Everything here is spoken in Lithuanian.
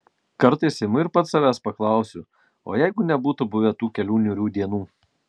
kartais imu ir pats savęs paklausiu o jeigu nebūtų buvę tų kelių niūrių dienų